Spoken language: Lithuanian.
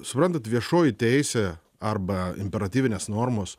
suprantat viešoji teisė arba imperatyvinės normos